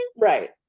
Right